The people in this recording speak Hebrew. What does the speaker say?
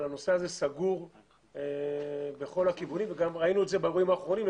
הנושא הזה סגור בכל הכיוונים וגם ראינו את זה בימים האחרונים,